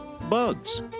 bugs